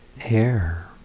air